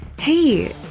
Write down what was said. Hey